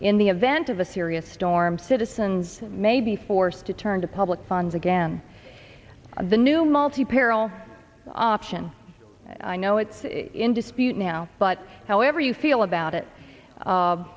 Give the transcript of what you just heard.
in the event of a serious storm citizens may be forced to turn to public funds again the new multi peril option i know it's in dispute now but however you feel about it